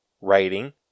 writing